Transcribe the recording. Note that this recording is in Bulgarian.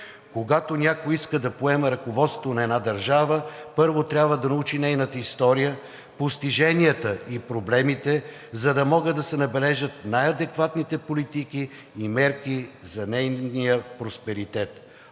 Когато някой иска да поеме ръководството на една държава, първо трябва да научи нейната история, постиженията и проблемите, за да могат да се набележат най-адекватните политики и мерки за нейния просперитет.